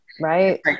right